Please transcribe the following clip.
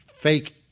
fake